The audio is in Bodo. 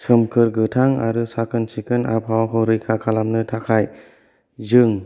सोमखोर गोथां आरो साखोन सिखोन आबहावाखौ रैखा खालामनो थाखाय जों